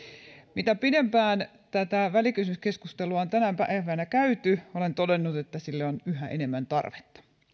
mitä pidempään tätä välikysymyskeskustelua on tänä päivänä käyty olen todennut että sille on yhä enemmän tarvetta